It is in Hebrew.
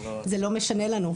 זה לא משנה לנו.